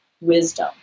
wisdom